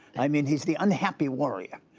i mean he's the unhappy warrior.